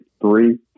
three